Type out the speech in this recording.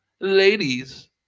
ladies